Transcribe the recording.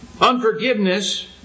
Unforgiveness